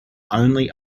only